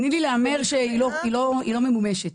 תני לי להמר שהיא לא ממומשת.